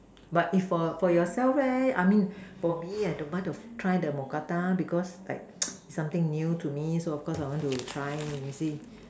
but if for for yourself eh I mean for me I don't mind to try the mookata because like it's something new to me so of cause I want to try and see